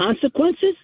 consequences